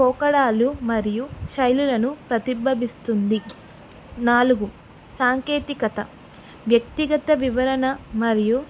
పోకడలు మరియు శైలులను ప్రతిబింబిస్తుంది నాలుగు సాంకేతికత వ్యక్తిగత వివరణ మరియు